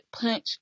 punch